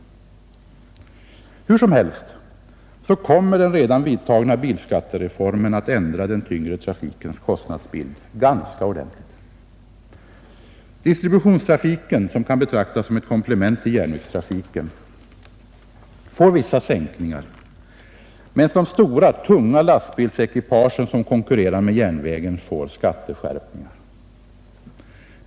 Under alla förhållanden kommer den redan vidtagna bilskattereformen att ändra den tyngre trafikens kostnadsbild ganska ordentligt. Distributionstrafiken, som kan betraktas som ett komplement till järnvägstrafiken, får vissa sänkningar, medan de stora tunga lastbilsekipagen, som konkurrerar med järnvägen, får skatteskärpningar.